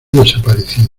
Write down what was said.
desaparecido